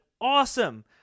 awesome